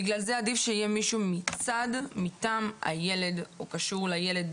בגלל זה עדיף שיהיה מישהו מטעם הילד או קשור לילד.